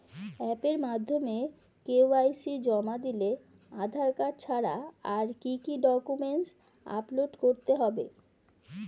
অ্যাপের মাধ্যমে কে.ওয়াই.সি জমা দিলে আধার কার্ড ছাড়া আর কি কি ডকুমেন্টস আপলোড করতে হবে?